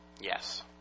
Yes